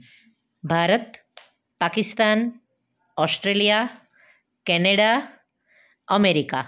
Bharat Pakistan Australia Canada America